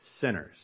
sinners